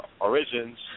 origins